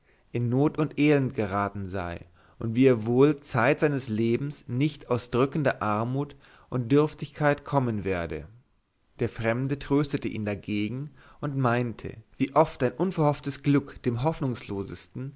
in not und elend geraten sei und wie er wohl zeit seines lebens nicht aus drückender armut und dürftigkeit kommen werde der fremde tröstete ihn dagegen und meinte wie oft ein unverhofftes glück dem hoffnungslosesten